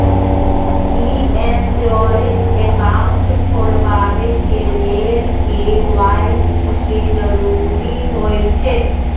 ई insurance account खोलबाबे के लेल के.वाई.सी के जरूरी होइ छै